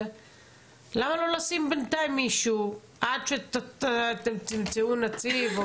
למה לא לשים בינתיים מישהו עד שתמצאו נציג.